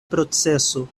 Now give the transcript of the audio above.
proceso